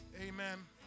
Amen